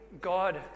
God